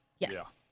Yes